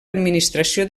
administració